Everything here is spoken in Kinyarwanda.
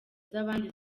z’abandi